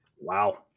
Wow